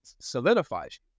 solidifies